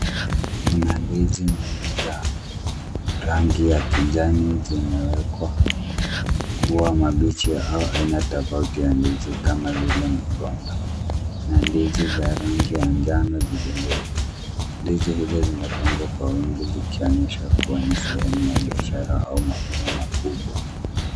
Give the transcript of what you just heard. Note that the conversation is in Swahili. Kuna ndizi nyingi za rangi ya kijani zimewekwa kuwa mabichi au aina tofauti ya ndizi kama vile migomba. Kuna ndizi za rangi ya ngano zilizo. Ndizi hizo zimepangwa kwa wingi zikionyesha kuwa ni sehemu ya biashara au mapimo makubwa.